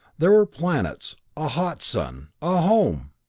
there were planets, a hot sun a home!